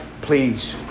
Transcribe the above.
please